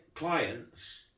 clients